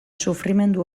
sufrimendu